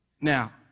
Now